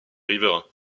riverains